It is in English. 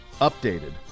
updated